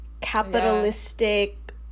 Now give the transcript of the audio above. capitalistic